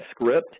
script